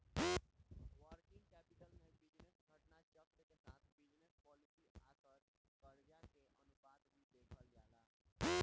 working capital में business घटना चक्र के साथ बिजनस पॉलिसी आउर करजा के अनुपात भी देखल जाला